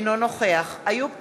אינו נוכח איוב קרא,